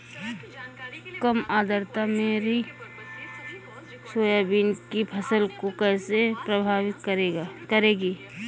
कम आर्द्रता मेरी सोयाबीन की फसल को कैसे प्रभावित करेगी?